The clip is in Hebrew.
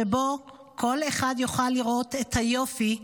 שבו כל אחד יוכל לראות את היופי,